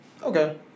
Okay